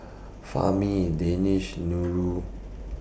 Fahmi in Danish Nurul